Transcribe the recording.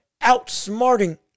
outsmarting